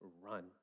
run